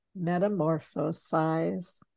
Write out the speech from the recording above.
metamorphosize